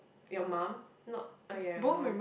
your mum not oh ya your mum